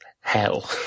hell